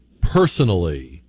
personally